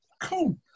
cool